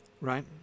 right